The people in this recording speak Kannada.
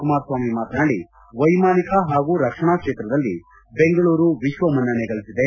ಕುಮಾರಸ್ವಾಮಿ ಮಾತನಾಡಿ ವೈಮಾನಿಕ ಹಾಗೂ ರಕ್ಷಣಾ ಕ್ಷೇತ್ರದಲ್ಲಿ ಬೆಂಗಳೂರು ವಿಶ್ವ ಮನ್ನಣೆ ಗಳಿಸಿದೆ